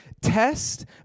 Test